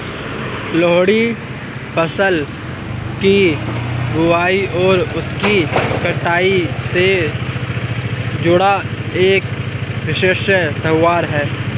लोहड़ी फसल की बुआई और उसकी कटाई से जुड़ा एक विशेष त्यौहार है